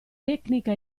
tecnica